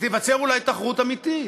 ותיווצר אולי תחרות אמיתית.